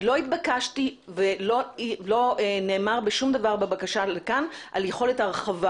נתבקשתי ולא נאמר בשום דבר בבקשה פה על יכולת הרחבה.